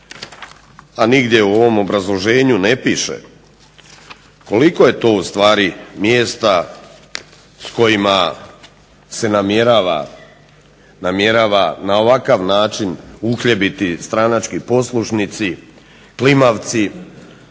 a nigdje u ovom obrazloženju ne piše koliko je to ustvari mjesta s kojima se namjerava na ovakav način uhljebiti stranački poslušnici, klimavci,